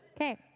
Okay